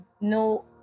No